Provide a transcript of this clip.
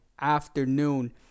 afternoon